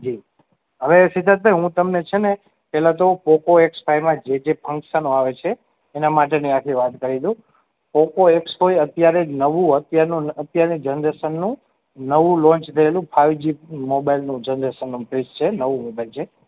જી હવે સિધ્ધાર્થભાઈ હું તમને છે ને પહેલાં તો પોકો એક્સ ફાઇવમાં જે જે ફંકશન આવે છે એના માટેની આખી વાત કરી દઉં પોકો એક્સ ફાઇવ અત્યારે નવું અત્યારનું નવું અત્યારની જનરેશનનું નવું લૉન્ચ થયેલું ફાઇવજી મોબાઈલનું જનરેશનનું પીસ છે નવું મોબાઇલ છે